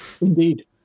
Indeed